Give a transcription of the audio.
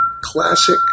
classic